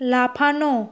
লাফানো